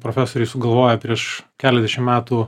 profesoriai sugalvoję prieš keliasdešim metų